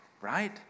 right